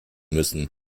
müssen